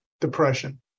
depression